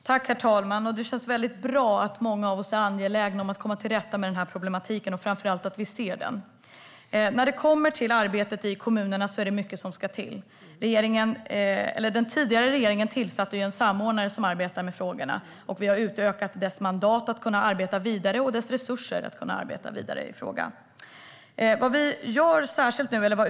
Herr talman! Det känns bra att många av oss är angelägna om att komma till rätta med denna problematik - och framför allt att vi ser den. När det gäller arbetet i kommunerna är det mycket som ska till. Den tidigare regeringen tillsatte en samordnare som arbetar med frågorna. Vi har utökat samordnarens mandat och resurser så att denne ska kunna arbeta vidare med frågan.